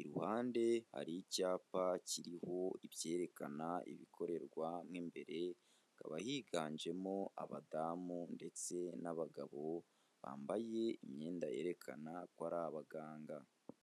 iruhande hari icyapa kiriho ibyerekana ibikorerwa mu mbere hakaba higanjemo abadamu ndetse n'abagabo bambaye imyenda yerekana ko ari abaganga.